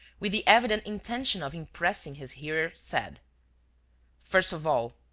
with the evident intention of impressing his hearers, said first of all,